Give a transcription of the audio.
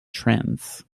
trance